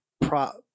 prop